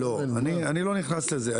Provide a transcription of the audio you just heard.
לא, אני לא נכנס לזה.